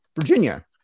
Virginia